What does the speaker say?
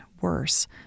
worse